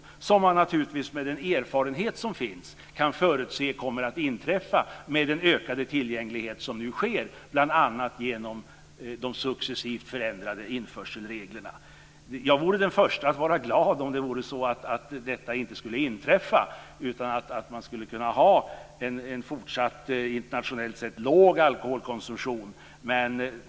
Det kan man naturligtvis med den erfarenhet som finns förutse kommer att inträffa med den ökade tillgänglighet som nu sker, bl.a. genom de successivt förändrade införselreglerna. Jag vore den första att vara glad om detta inte skulle inträffa, om man skulle kunna ha en fortsatt internationellt sett låg alkoholkonsumtion.